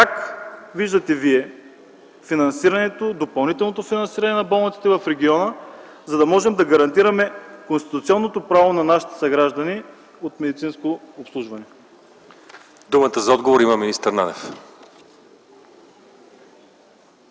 как виждате Вие допълнителното финансиране на болниците в региона, за да можем да гарантираме конституционното право на нашите съграждани от медицинско обслужване?